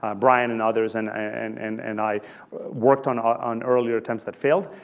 ah brian and others and i and and and i worked on ah on earlier attempts that failed.